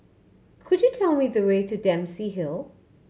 could you tell me the way to Dempsey Hill